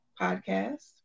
podcast